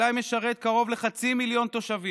ברזילי משרת קרוב לחצי מיליון תושבים.